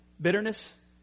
bitterness